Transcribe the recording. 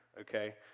okay